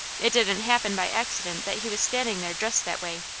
it didn't happen by accident that he was standing there dressed that way.